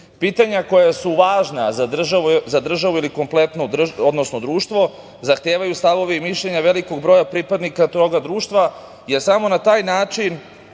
Pitanja koja su važna za državu ili kompletno društvo zahtevaju stavove i mišljenja velikog broja pripadnika toga društva, jer samo na taj način